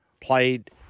played